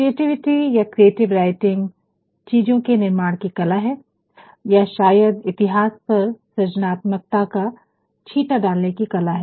creativity या creative writing चीजों के निर्माण की कला है या शायद इतिहास पर सृजनात्मकताकता का छींटा डालने की कला है